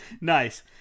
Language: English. nice